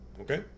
okay